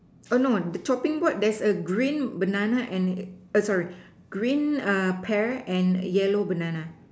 oh no the chopping board there's a green banana and a oh sorry green pear and yellow banana